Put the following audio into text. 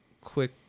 quick